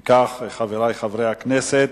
אם כך, חברי חברי הכנסת,